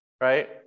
right